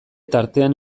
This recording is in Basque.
tartean